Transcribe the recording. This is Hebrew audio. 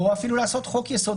או אפילו לעשות חוק-יסוד,